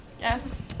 Yes